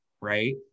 right